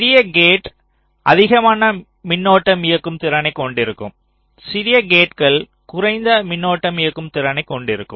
பெரிய கேட் அதிகமான மின்னோட்டம் இயக்கும் திறனைக் கொண்டிருக்கும் சிறிய கேட்கள் குறைந்த மின்னோட்டம் இயக்கும் திறனைக் கொண்டிருக்கும்